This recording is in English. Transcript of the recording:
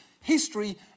history